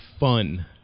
fun